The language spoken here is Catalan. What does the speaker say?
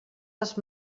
les